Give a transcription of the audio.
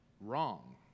wrong